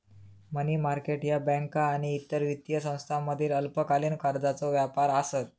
मनी market ह्या बँका आणि इतर वित्तीय संस्थांमधील अल्पकालीन कर्जाचो व्यापार आसत